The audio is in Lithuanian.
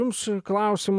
jums klausimas